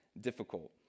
difficult